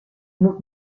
moet